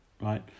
right